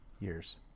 years